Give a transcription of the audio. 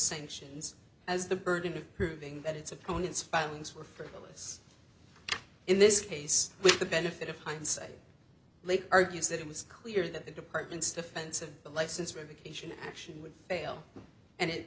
sanctions as the burden of proving that its opponents filings were frivolous in this case with the benefit of hindsight later argues that it was clear that the department's defense of the license revocation action would fail and it